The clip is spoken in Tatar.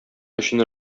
өчен